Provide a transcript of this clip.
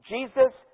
Jesus